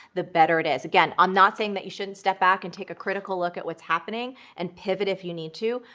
the better it is. again, i'm not saying that you shouldn't step back and take a critical look at what's happening and pivot if you need to,